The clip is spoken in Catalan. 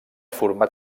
format